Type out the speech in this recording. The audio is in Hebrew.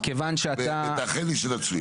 מכיוון שאתה --- ותאחל לי שנצליח.